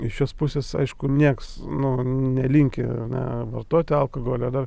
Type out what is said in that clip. iš šios pusės aišku nieks nu nelinkę na vartoti alkoholio dar